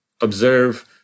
observe